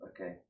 Okay